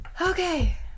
okay